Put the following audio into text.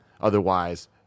otherwise